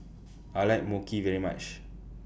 I like Mochi very much